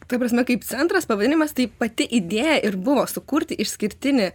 ta prasme kaip centras pavadinimas tai pati idėja ir buvo sukurti išskirtinį